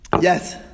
Yes